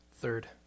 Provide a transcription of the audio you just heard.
Third